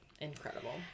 incredible